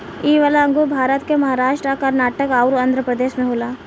इ वाला अंगूर भारत के महाराष्ट् आ कर्नाटक अउर आँध्रप्रदेश में होला